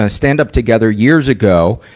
ah stand-up together years ago,